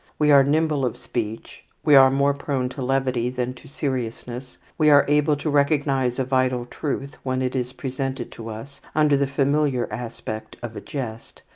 we are nimble of speech, we are more prone to levity than to seriousness, we are able to recognize a vital truth when it is presented to us under the familiar aspect of a jest,